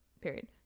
period